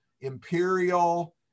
imperial